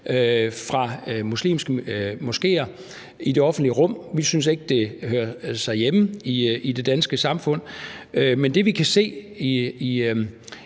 fra muslimske moskeer i det offentlige rum. Vi synes ikke, det hører hjemme i det danske samfund. Men det, vi kan se i